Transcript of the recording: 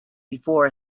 before